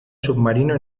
submarino